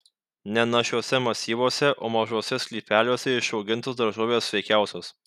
ne našiuose masyvuose o mažuose sklypeliuose išaugintos daržovės sveikiausios